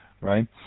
right